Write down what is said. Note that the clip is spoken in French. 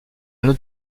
noter